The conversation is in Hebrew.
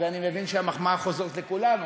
ואני מבין שהמחמאה חוזרת לכולנו.